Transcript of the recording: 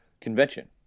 convention